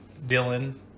Dylan